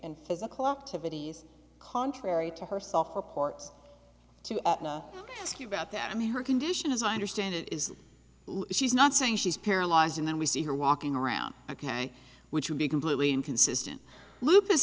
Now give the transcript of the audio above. in physical activities contrary to herself reports to ask you about that i mean her condition as i understand it is that she's not saying she's paralyzed and then we see her walking around ok which would be completely inconsistent lu